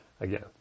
Again